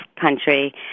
country